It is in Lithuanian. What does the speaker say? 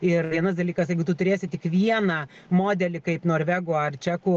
ir vienas dalykas jeigu tu turėsi tik vieną modelį kaip norvegų ar čekų